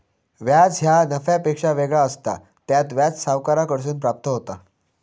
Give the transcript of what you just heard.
व्याज ह्या नफ्यापेक्षा वेगळा असता, त्यात व्याज सावकाराकडसून प्राप्त होता